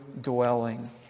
dwelling